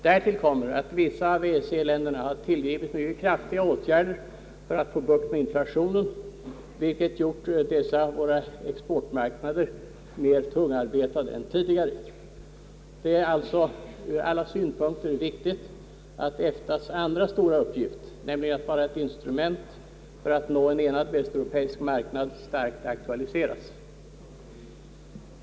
Därtill kommer att vissa av EEC-länderna har tillgripit mycket kraftiga åtgärder för att få bukt med inflationen, vilket gjort dessa våra exportmarknader mer tungarbetade än tidigare. Det är alltså ur alla synpunkter viktigt att EFTA:s andra stora uppgift, nämligen att vara ett instrument för att nå en enad västeuropeisk marknad, starkt aktualiserats.